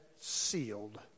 sealed